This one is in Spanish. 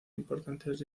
importantes